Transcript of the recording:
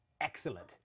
excellent